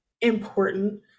important